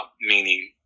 meaning